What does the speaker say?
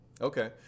okay